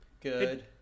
good